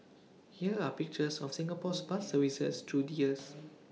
here are pictures of Singapore's bus services through the years